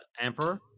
Emperor